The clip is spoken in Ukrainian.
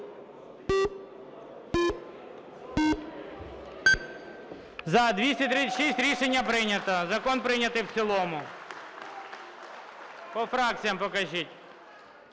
За-236 Рішення прийнято. Закон прийнятий в цілому. По фракціях покажіть.